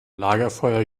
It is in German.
lagerfeuer